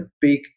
big